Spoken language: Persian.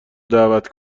دعوت